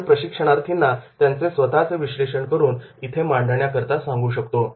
आपण प्रशिक्षणार्थींना त्यांचे स्वतःचे विश्लेषण करून इथे मांडण्याकरिता सांगू शकतो